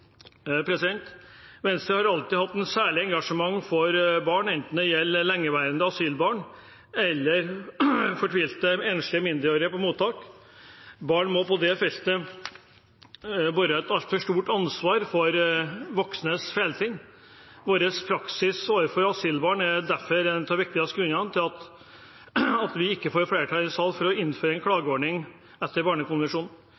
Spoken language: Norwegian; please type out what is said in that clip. Venstre har alltid hatt et særlig engasjement for barn, enten det gjelder lengeværende asylbarn eller fortvilte enslige mindreårige på mottak. Barn må på det feltet bære et altfor stort ansvar for voksnes feiltrinn. Vår praksis overfor asylbarn er derfor en av de viktigste grunnene til at vi ikke får flertall i salen for å innføre en